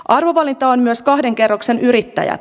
arvovalinta on myös kahden kerroksen yrittäjät